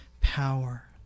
power